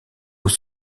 aux